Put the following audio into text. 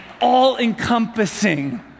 all-encompassing